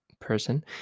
person